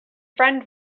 friend